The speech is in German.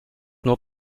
nur